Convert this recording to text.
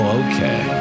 okay